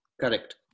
Correct